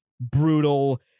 brutal